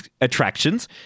attractions